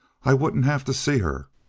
i wouldn't have to see her.